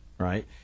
right